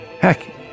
Heck